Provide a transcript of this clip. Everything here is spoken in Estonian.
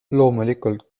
loomulikult